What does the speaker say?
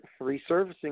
resurfacing